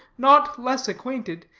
not less acquainted,